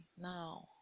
now